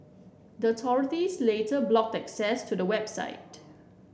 the authorities later blocked access to the website